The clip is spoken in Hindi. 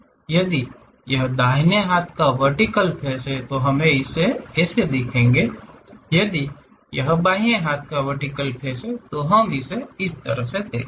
यदि यह दाहिने हाथ का वर्टिकल फ़ेस है तो हम इसे ऐसे देखेंगे यदि यह बाएं हाथ का वर्टिकल फ़ेस है तो हम इसे इस तरह से देखेंगे